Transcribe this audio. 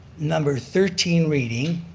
number thirteen reading,